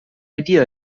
idea